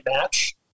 match